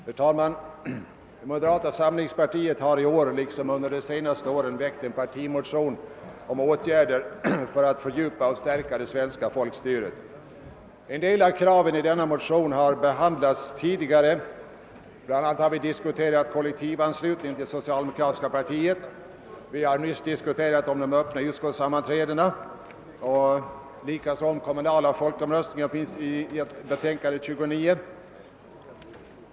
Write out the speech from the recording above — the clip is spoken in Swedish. Herr talman! Moderata samlingspartiet har i år liksom under de senaste åren väckt en partimotion om åtgärder för att fördjupa och stärka det svenska folkstyret. En del av kraven i denna motion har behandlats tidigare. Bl a. har vi diskuterat kollektivanslutning till socialdemokratiska partiet, vi har nyss diskuterat de öppna utskottssammanträdena och likaså den kommunala folkomröstningen vid behandlingen av konstitutionsutskottets utlåtande nr 29.